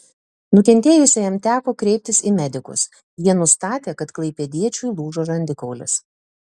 nukentėjusiajam teko kreiptis į medikus jie nustatė kad klaipėdiečiui lūžo žandikaulis